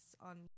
on